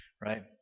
Right